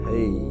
Hey